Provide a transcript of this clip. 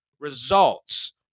Results